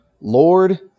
lord